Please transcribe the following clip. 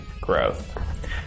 growth